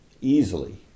easily